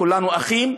כולנו אחים.